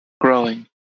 growing